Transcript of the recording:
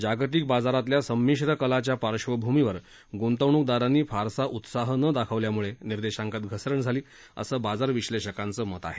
जागतिक बाजारातल्या संमिश्र कलाच्या पार्श्वभूमीवर गुंतवणूकदारांनी फारसा उत्साह न दाखवल्यामुळे निर्देशांकात घसरण झाली असं बाजार विश्लेषकांचं मत आहे